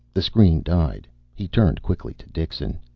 the screen died. he turned quickly to dixon.